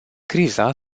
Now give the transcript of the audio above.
criza